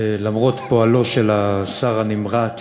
למרות פועלו של השר הנמרץ,